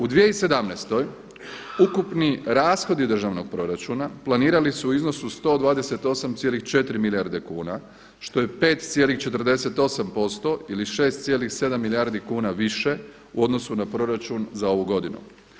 U 2017. ukupni rashodi državnog proračuna planirani su u iznosu od 128,4 milijarde kuna što je 5,48% ili 6,7 milijardi kuna više u odnosu na proračun za ovu godinu.